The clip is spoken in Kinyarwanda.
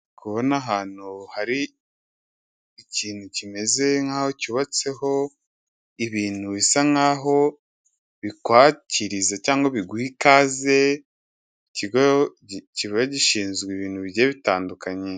Ndi kubona ahantu hari ikintu kimeze nkaho cyubatseho ibintu bisa nkaho bikwaKiriza cyangwa biguha ikaze. Ikigo kiba gishinzwe ibintu bigiye bitandukanye.